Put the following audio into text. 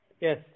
Yes